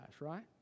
right